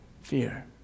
fear